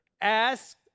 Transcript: Ask